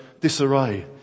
disarray